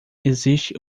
existe